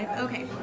ah okay,